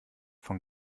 von